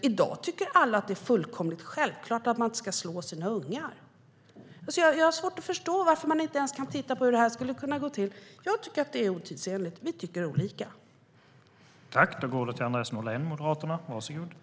I dag tycker alla att det är fullkomligt självklart att man inte ska slå sina unga.